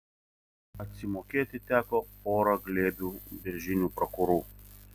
atsimokėti teko pora glėbių beržinių prakurų